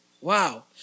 Wow